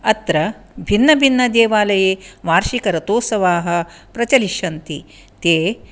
अत्र भिन्नभिन्नदेवालये वार्षिकरथोत्सवाः प्रचलिष्यन्ति ते